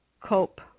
cope